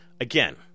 Again